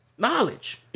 knowledge